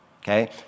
okay